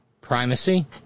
primacy